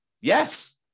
Yes